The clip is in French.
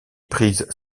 prises